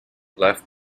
left